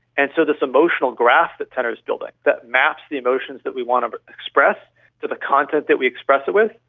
and so this emotional graph that tenor is building that maps the emotions that we want to express to the content that we express it with,